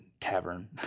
Tavern